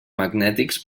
magnètics